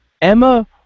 Emma